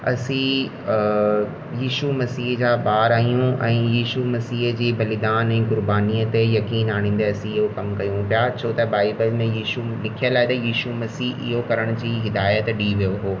असी ईशू मसीह जा ॿार आहियूं ऐं ईशू मसीह जी बलिदान ऐं गुरबानीअ ते यक़ीनु आणींदे असी इहे कमु कयूं पिया छो त बाइबल में ईशू मसीह लिखियल आहे त ईशू मसीह इहो करण जी हिदायत ॾई वियो हुओ